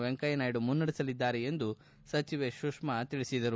ವೆಂಕಯ್ಕ ನಾಯ್ಡು ಮುನ್ನಡೆಸಲಿದ್ದಾರೆ ಎಂದು ಸಚಿವೆ ಸುಷ್ಮಾ ತಿಳಿಸಿದರು